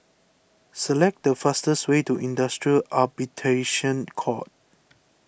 select the fastest way to Industrial Arbitration Court